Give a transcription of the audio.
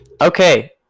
Okay